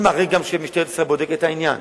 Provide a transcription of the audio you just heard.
אני מעריך גם שמשטרת ישראל בודקת את העניין.